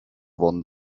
won